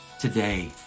today